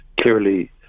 clearly